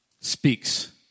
speaks